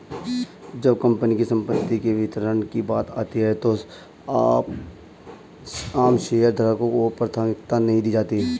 जब कंपनी की संपत्ति के वितरण की बात आती है तो आम शेयरधारकों को प्राथमिकता नहीं दी जाती है